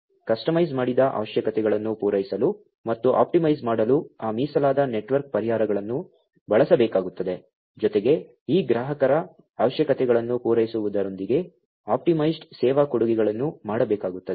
customise ಮಾಡಿದ ಅವಶ್ಯಕತೆಗಳನ್ನು ಪೂರೈಸಲು ಮತ್ತು ಆಪ್ಟಿಮೈಸ್ ಮಾಡಲು ಆ ಮೀಸಲಾದ ನೆಟ್ವರ್ಕ್ ಪರಿಹಾರಗಳನ್ನು ಬಳಸಬೇಕಾಗುತ್ತದೆ ಜೊತೆಗೆ ಈ ಗ್ರಾಹಕರ ಅವಶ್ಯಕತೆಗಳನ್ನು ಪೂರೈಸುವುದರೊಂದಿಗೆ ಆಪ್ಟಿಮೈಸ್ಡ್ ಸೇವಾ ಕೊಡುಗೆಗಳನ್ನು ಮಾಡಬೇಕಾಗುತ್ತದೆ